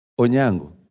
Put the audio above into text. onyango